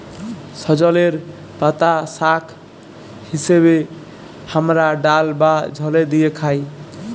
সজলের পাতা শাক হিসেবে হামরা ডাল বা ঝলে দিয়ে খাই